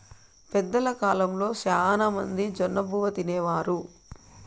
పెద్దల కాలంలో శ్యానా మంది జొన్నబువ్వ తినేవారు